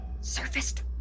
Surfaced